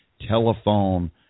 telephone